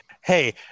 Hey